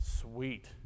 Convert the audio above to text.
Sweet